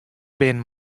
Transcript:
bin